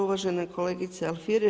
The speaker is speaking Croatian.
Uvažena kolegice Alfirev.